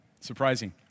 surprising